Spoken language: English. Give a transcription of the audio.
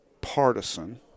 partisan